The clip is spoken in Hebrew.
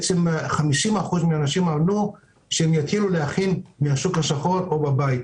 ו-50% מהאנשים אמרו שהם יתחילו להכין בשוק השחור או בבית,